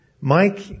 Mike